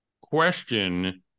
question